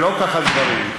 ולא כך הדברים,